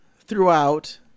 throughout